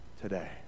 today